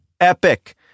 epic